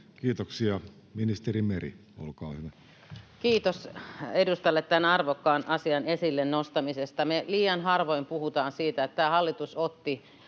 kd) Time: 17:01 Content: Kiitos edustajalle tämän arvokkaan asian esille nostamisesta. — Me liian harvoin puhutaan siitä, että tämä hallitus otti